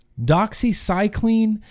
doxycycline